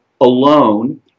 alone